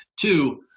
Two